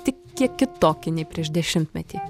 tik kiek kitokį nei prieš dešimtmetį